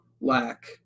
lack